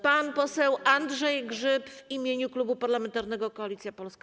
Pan poseł Andrzej Grzyb w imieniu Klubu Parlamentarnego Koalicja Polska.